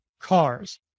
cars